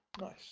Nice